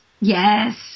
Yes